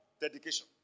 dedication